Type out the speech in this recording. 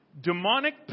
Demonic